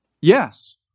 Yes